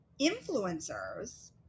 influencers